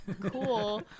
cool